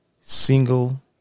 single